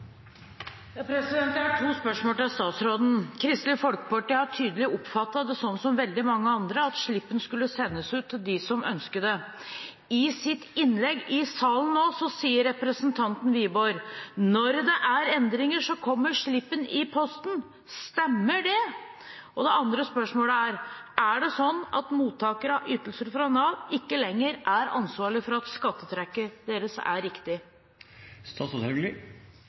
Jeg har to spørsmål til statsråden. Kristelig Folkeparti har tydelig oppfattet det sånn som veldig mange andre har, at slippen skulle sendes ut til dem som ønsket det. I sitt innlegg i salen nå sier representanten Wiborg at når det er endringer, kommer slippen i posten. Stemmer det? Det andre spørsmålet er: Er det sånn at mottakere av ytelser fra Nav ikke lenger er ansvarlig for at skattetrekket deres er